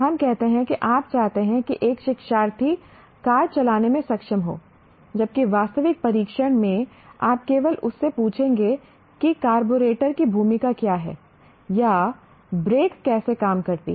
हम कहते हैं कि आप चाहते हैं कि एक शिक्षार्थी कार चलाने में सक्षम हो जबकि वास्तविक परीक्षण में आप केवल उससे पूछेंगे कि कार्बोरेटर की भूमिका क्या है या ब्रेक कैसे काम करती है